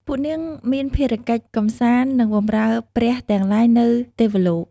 ពួកនាងមានភារកិច្ចកំសាន្ត និងបម្រើព្រះទាំងឡាយនៅទេវលោក។